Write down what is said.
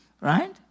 Right